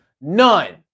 None